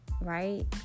right